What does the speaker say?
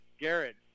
Garrett